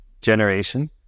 Generation